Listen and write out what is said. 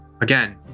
again